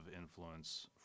influence